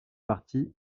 partie